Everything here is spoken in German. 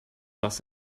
dass